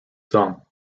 song